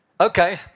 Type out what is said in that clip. Okay